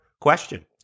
question